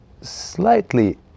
slightly